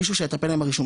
מישהו שיטפל להם ברישום,